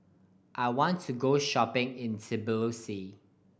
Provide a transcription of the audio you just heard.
I want to go shopping in Tbilisi